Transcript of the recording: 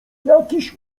jakiś